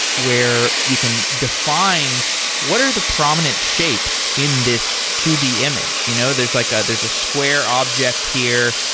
where you can define what are the prominent shapes in this two d image you know there's like ah there's a square object here,